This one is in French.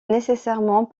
nécessairement